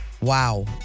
Wow